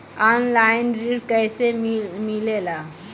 Online ऋण कैसे मिले ला?